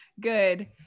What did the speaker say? good